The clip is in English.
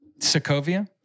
Sokovia